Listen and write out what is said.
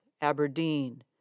Aberdeen